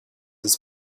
his